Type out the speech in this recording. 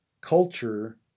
culture